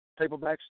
paperbacks